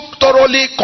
thoroughly